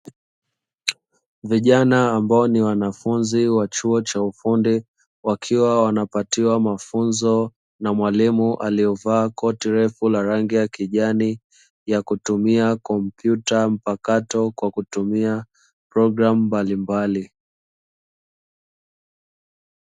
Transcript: Vijana ambao ni wanafunzi wa chuo cha ufundi, wakiwa wanapatiwa mafunzo na mwalimu aliyevaa koti refu la rangi ya kijani, ya kutumia kompyuta mpakato kwa kutumia programu mbalimbali.